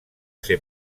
ser